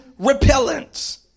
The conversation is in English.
repellents